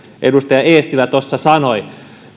edustaja eestilä tuossa sanoi